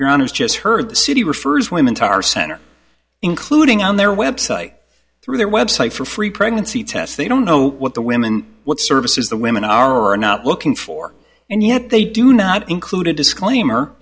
your honour's just heard the city refers women to our center including on their website through their website for free pregnancy tests they don't know what the women what services the women are or are not looking for and yet they do not include a disclaimer